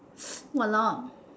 !walao!